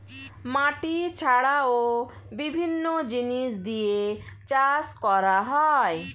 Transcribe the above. মাটি ছাড়াও বিভিন্ন জিনিস দিয়ে চাষ করা হয়